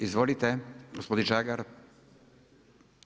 Izvolite, gospodin Žagar.